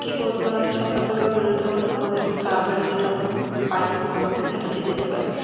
কী করতে হয় সকাল সকাল বেরোতে হলে আমাদেরকে তাড়াতাড়ি যেটা আমরা পাই সামনে সেটাতেই যেতে পারি